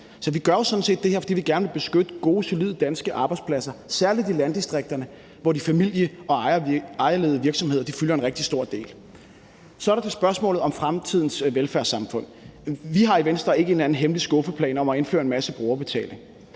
sådan set det her, fordi vi gerne vil beskytte gode, solide danske arbejdspladser, særlig i landdistrikterne, hvor de familie- og ejerledede virksomheder udgør en rigtig stor del. Så er der spørgsmålet om fremtidens velfærdssamfund. Vi har i Venstre ikke en eller anden hemmelig skuffeplan om at indføre en masse brugerbetaling.